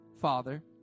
father